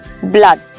Blood